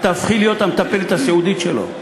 את תהפכי להיות המטפלת הסיעודית שלו.